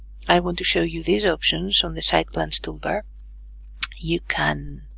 i want to show you these options on the site plans toolbar you can